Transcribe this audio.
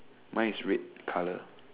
mine is red colour